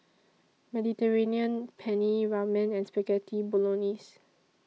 Mediterranean Penne Ramen and Spaghetti Bolognese